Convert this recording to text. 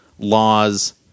laws